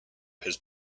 his